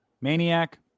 Maniac